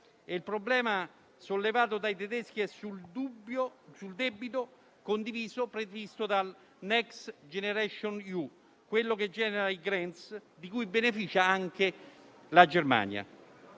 Il problema sollevato dai tedeschi è sul debito condiviso previsto dal Next generation EU, di cui beneficia anche la Germania;